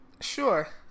Sure